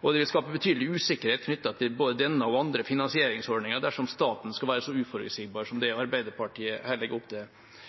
og det vil skape betydelig usikkerhet knyttet til både denne og andre finansieringsordninger dersom staten skal være så uforutsigbar som det Arbeiderpartiet her legger opp til.